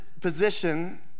position